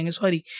sorry